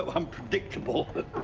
ah unpredictable!